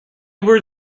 were